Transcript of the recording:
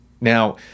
Now